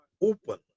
open